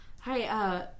Hi